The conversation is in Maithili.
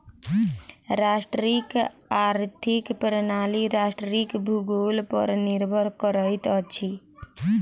राष्ट्रक आर्थिक प्रणाली राष्ट्रक भूगोल पर निर्भर करैत अछि